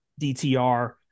DTR